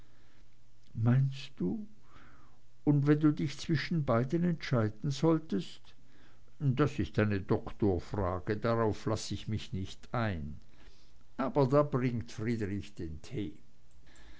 meinst du und wenn du dich zwischen beiden entscheiden solltest das ist eine doktorfrage darauf lasse ich mich nicht ein aber da bringt friedrich den tee